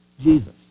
Jesus